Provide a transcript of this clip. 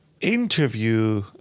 interview